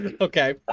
Okay